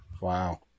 Wow